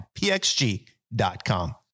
pxg.com